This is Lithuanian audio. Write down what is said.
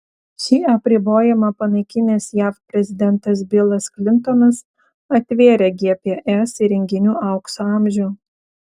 šį apribojimą panaikinęs jav prezidentas bilas klintonas atvėrė gps įrenginių aukso amžių